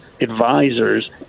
advisors